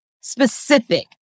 specific